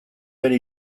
bere